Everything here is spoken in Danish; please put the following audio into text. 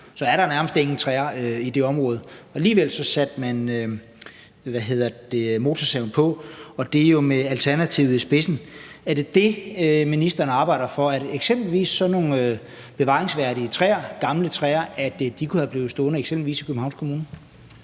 se, at der nærmest ikke er nogen træer i det område – og alligevel satte man motorsaven på, og det var jo med Alternativet i spidsen. Er det det, ministeren arbejder for: at eksempelvis sådan nogle bevaringsværdige træer, gamle træer, kunne være blevet stående i Københavns Kommune?